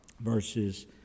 verses